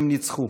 הם ניצחו.